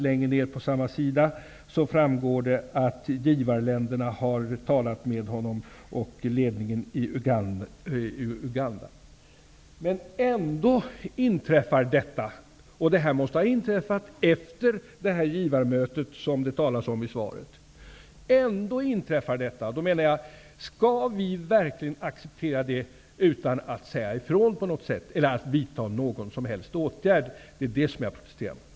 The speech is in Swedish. Längre ned på samma sida framgår det att givarländerna har talat med honom och ledningen i Ändå inträffar detta. Det måste ha inträffat efter det givarmöte som det talas om i svaret. Skall vi verkligen acceptera det, utan att säga ifrån på något sätt eller vidta någon som helst åtgärd? Det är det jag protesterar emot.